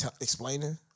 explaining